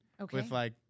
Okay